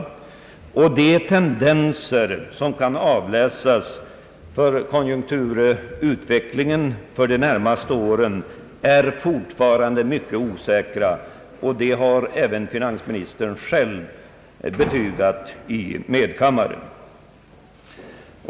De tendenser, som kan avläsas för konjunkturutvecklingen under de närmaste åren, är fortfarande mycket osäkra, vilket finansministern själv har betygat i medkammaren.